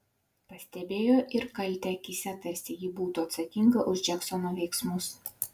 pastebėjo ir kaltę akyse tarsi ji būtų atsakinga už džeksono veiksmus